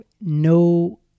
no